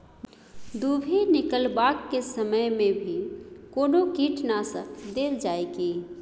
दुभी निकलबाक के समय मे भी कोनो कीटनाशक देल जाय की?